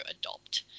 adopt